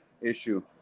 issue